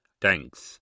Thanks